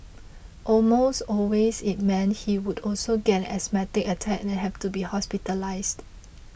almost always it meant he would also get an asthmatic attack and have to be hospitalised